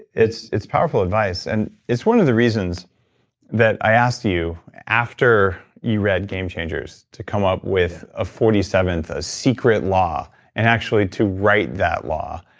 it's it's powerful advice and it's one of the reasons that i asked you after you read gamechangers to come up with a forty seventh ah secret law and actually to write that law.